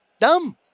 Dumb